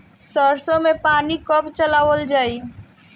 सरसो में पानी कब चलावल जाई?